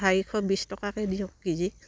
চাৰিশ বিছ টকাকে কেজি